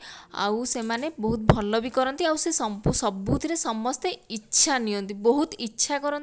ଆଉ ସେମାନେ ବହୁତ ଭଲ ବି କରନ୍ତି ଆଉ ସେ ସବୁଥିରେ ସମସ୍ତେ ଇଚ୍ଛା ନିଅନ୍ତି ବହୁତ ଇଚ୍ଛା କରନ୍ତି